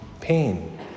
pain